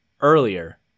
earlier